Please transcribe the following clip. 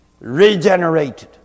regenerated